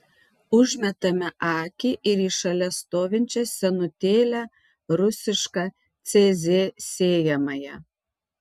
užmetame akį ir į šalia stovinčią senutėlę rusišką cz sėjamąją